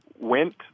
went